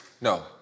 no